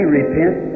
repent